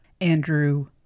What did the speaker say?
Andrew